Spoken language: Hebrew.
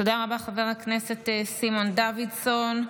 תודה רבה, חבר הכנסת סימון דוידסון.